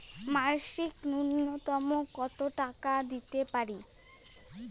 মাসিক নূন্যতম কত টাকা দিতে পারি?